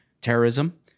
terrorism